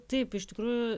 taip iš tikrųjų